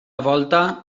volta